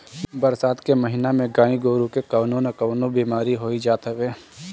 बरसात के महिना में गाई गोरु के कवनो ना कवनो बेमारी होइए जात हवे